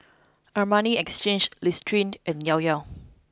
Armani Exchange Listerine and Llao Llao